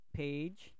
page